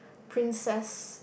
princess